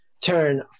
turn